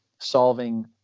solving